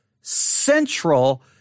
central